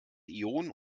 ionen